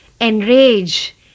enrage